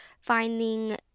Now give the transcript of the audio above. finding